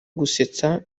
gusetsa